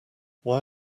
why